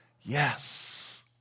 Yes